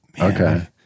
okay